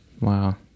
Wow